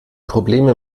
probleme